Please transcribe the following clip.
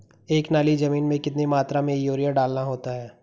एक नाली जमीन में कितनी मात्रा में यूरिया डालना होता है?